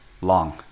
long